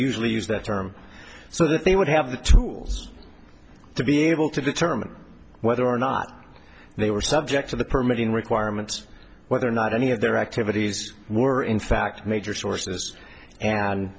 usually use that term so that they would have the tools to be able to determine whether or not they were subject to the permitting requirements whether or not any of their activities were in fact major sources and